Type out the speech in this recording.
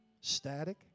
static